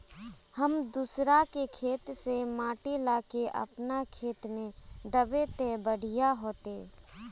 हम दूसरा के खेत से माटी ला के अपन खेत में दबे ते बढ़िया होते?